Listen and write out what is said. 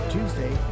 Tuesday